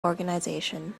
organization